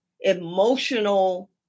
emotional